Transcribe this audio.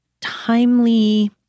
timely